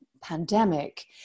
pandemic